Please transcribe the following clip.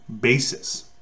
basis